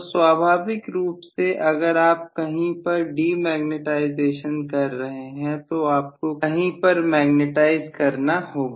तो स्वाभाविक रूप से अगर आप कहीं पर डिमॅनेटाइजेशन कर रहे हैं तो आपको कहीं पर मैग्नेटाइज करना होगा